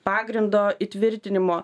pagrindo įtvirtinimo